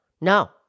No